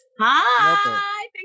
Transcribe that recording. Hi